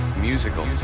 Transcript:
Musical